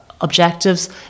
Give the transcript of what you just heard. objectives